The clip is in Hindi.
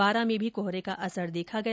बारां में भी कोहरे का असर देखा गया